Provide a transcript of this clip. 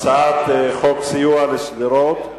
הצעת חוק סיוע לשדרות.